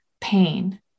pain